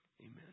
Amen